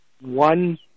one